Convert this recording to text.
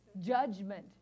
judgment